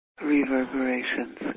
reverberations